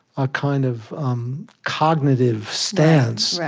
a kind of um cognitive stance.